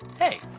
hey.